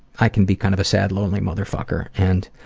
i can be kind of a sad, lonely motherfucker and